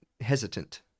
hesitant